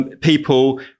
People